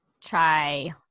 chai